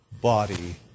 body